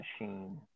machine